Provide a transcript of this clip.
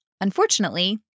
Unfortunately